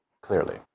clearly